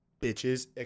bitches